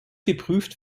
geprüft